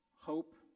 Hope